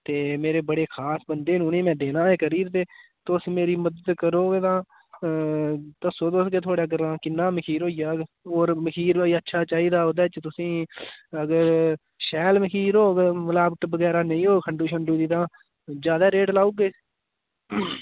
ते मेरे बड़े खास बंदे न उ'नें ई में देना ऐ करीब ते तुस मेरी मदद करगे तां अ दस्सो तुस कि थुआढ़े ग्रांऽ किन्ना मखीर होई जाह्ग होर मखीर अच्छा चाहिदा ओह्दे च तुसें ई अगर शैल मखीर होग मलावट बगैरा नेईं होग खंडू शंडू दी तां जैदा रेट लाई ओड़गे